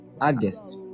august